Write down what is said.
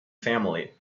family